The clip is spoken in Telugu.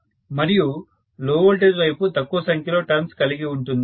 మరియు లో వోల్టేజ్ వైపు తక్కువ సంఖ్యలో టర్న్స్ కలిగి ఉంటుంది